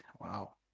Wow